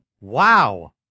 wow